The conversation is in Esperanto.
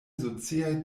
sociaj